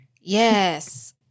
Yes